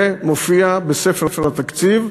זה מופיע בספר התקציב,